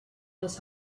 das